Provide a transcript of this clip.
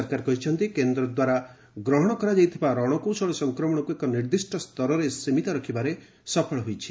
ସରକାର କହିଛନ୍ତି କେନ୍ଦ୍ର ଦ୍ୱାରା ଗ୍ରହଣ କରାଯାଇଥିବା ରଣକୌଶଳ ସଂକ୍ରମଶକୁ ଏକ ନିର୍ଦ୍ଦିଷ୍ଟ ସ୍ତରରେ ସୀମିତ ରଖିବାରେ ସଫଳ ହୋଇଛି